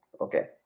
okay